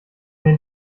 den